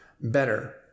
better